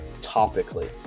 topically